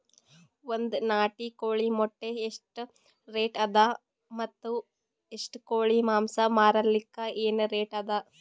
ಒಂದ್ ನಾಟಿ ಕೋಳಿ ಮೊಟ್ಟೆ ಎಷ್ಟ ರೇಟ್ ಅದ ಮತ್ತು ಒಂದ್ ಕೋಳಿ ಮಾಂಸ ಮಾರಲಿಕ ಏನ ರೇಟ್ ಅದ?